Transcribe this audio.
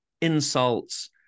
insults